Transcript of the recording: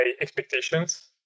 expectations